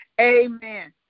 Amen